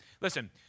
Listen